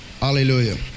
hallelujah